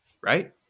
Right